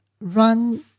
run